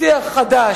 או שיח חדש.